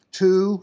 two